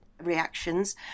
reactions